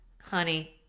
honey